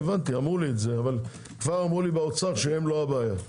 אמרו לי את זה אבל אמרו לי באוצר שהם לא הבעיה.